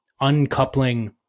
uncoupling